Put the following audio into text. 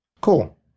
Cool